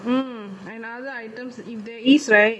mm and other items if there is right